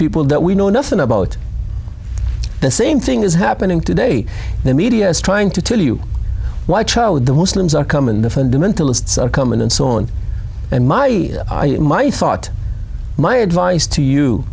people that we know nothing about the same thing is happening today the media is trying to tell you why child the muslims are come and the fundamentalists are coming in so on and my my thought my advice to you